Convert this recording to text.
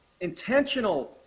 intentional